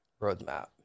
Roadmap